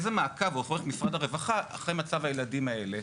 איזה מעקב עורך משרד הרווחה אחרי מצב הילדים האלה.